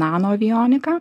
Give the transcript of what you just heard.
nano avionika